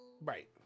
right